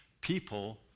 People